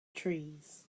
trees